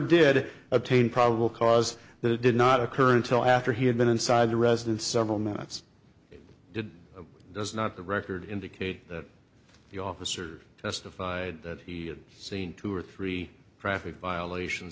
did obtain probable cause that it did not occur until after he had been inside the residence several minutes did does not the record indicate that the officer testified that he had seen two or three traffic violation